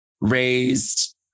raised